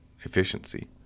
efficiency